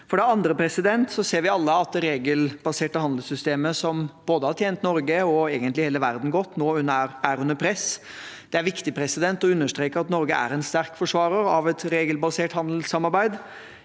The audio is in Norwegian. For det andre: Vi ser alle at det regelbaserte handelssystemet som har tjent både Norge og egentlig hele verden godt, nå er under press. Det er viktig å understreke at Norge er en sterk forsvarer av et regelbasert handelssamarbeid.